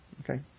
Okay